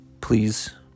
please